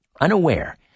Unaware